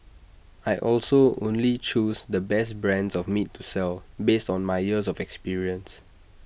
I also only choose the best brands of meat to sell based on my years of experience